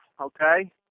okay